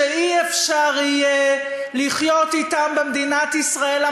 שלא יהיה אפשר לחיות אתם במדינת ישראל,